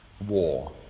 war